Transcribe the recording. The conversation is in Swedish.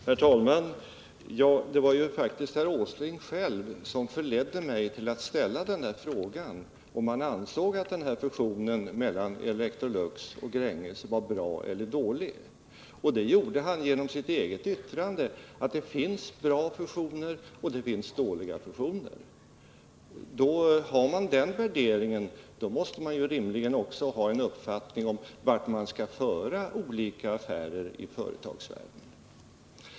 Herr talman! Det var faktiskt herr Åsling själv som förledde mig till att ställa frågan om han ansåg att den här fusionen mellan Electrolux och Gränges var bra eller dålig. Det gjorde herr Åsling genom sitt eget yttrande att det finns bra fusioner och att det finns dåliga fusioner. Har man den värderingen, måste man rimligen också ha en uppfattning om vart man skall hänföra olika affärer i företagsvärlden.